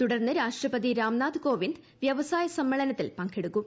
തുടർന്ന് രാഷ്ട്രപതി രാംനാഥ് കോവിന്ദ് വ്യവസായ സമ്മേളനത്തിൽ പങ്കെടുക്കും